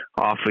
off